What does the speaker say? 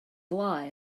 lie